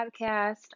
podcast